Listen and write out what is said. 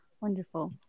Wonderful